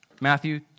Matthew